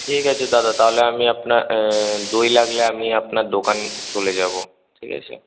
ঠিক আছে দাদা তাহলে আমি আপনার দই লাগলে আমি আপনার দোকানে চলে যাব ঠিক আছে